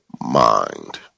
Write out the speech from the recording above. mind